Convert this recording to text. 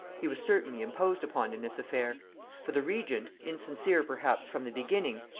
he was certainly imposed upon in this affair for the regent, insincere perhaps from the beginning,